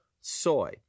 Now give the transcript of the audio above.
soy